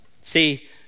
See